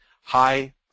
high